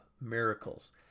miracles